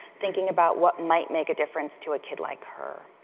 thinking about what might make a difference to a kid like her.